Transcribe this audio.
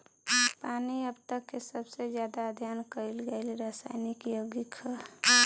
पानी अब तक के सबसे ज्यादा अध्ययन कईल गईल रासायनिक योगिक ह